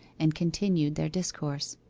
and continued their discourse.